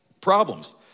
problems